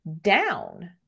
down